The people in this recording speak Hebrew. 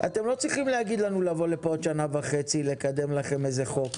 אתם לא צריכים להגיד לנו לבוא לפה עוד שנה וחצי לקדם לכם איזה חוק,